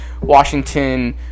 Washington